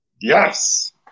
Yes